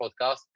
podcast